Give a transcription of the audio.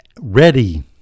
ready